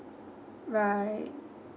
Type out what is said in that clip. right